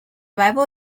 bible